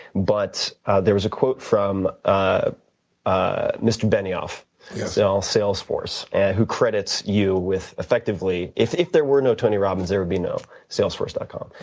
but there was a quote from ah ah mr. benioff of so salesforce who credits you with effectively if if there were no tony robbins, there would be no salesforce dot com.